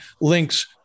links